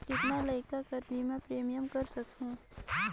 कतना लइका मन कर बीमा प्रीमियम करा सकहुं?